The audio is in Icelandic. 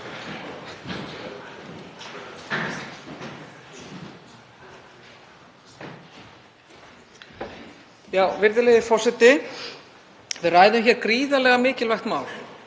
Virðulegi forseti. Við ræðum hér gríðarlega mikilvægt mál